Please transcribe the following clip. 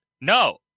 no